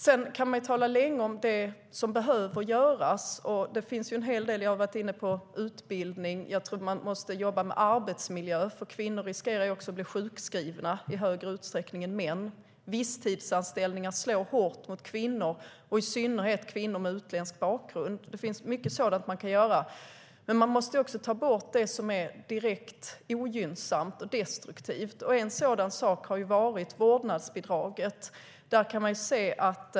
Man kan tala länge om vad som behöver göras. Jag har varit inne på utbildning. Jag tror också att man måste jobba med arbetsmiljö. Kvinnor riskerar ju också att bli sjukskrivna i högre utsträckning än män. Visstidsanställningar slår hårt mot kvinnor, i synnerhet kvinnor med utländsk bakgrund. Det finns mycket sådant man kan göra. Man måste också ta bort det som är direkt ogynnsamt och destruktivt. En sådan sak har varit vårdnadsbidraget.